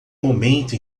momento